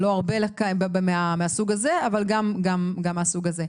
לא הרבה מהסוג הזה אבל גם מהסוג הזה.